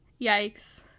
Yikes